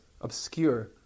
obscure